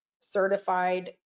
certified